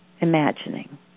imagining